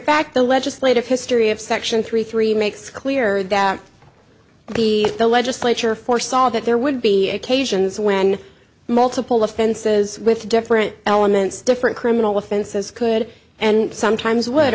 fact the legislative history of section three three makes clear that the legislature foresaw that there would be occasions when multiple offenses with different elements different criminal offenses could and sometimes would